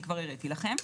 שכבר הראיתי לכם.